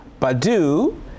Badu